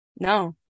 No